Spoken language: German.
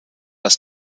das